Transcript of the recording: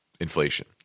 Inflation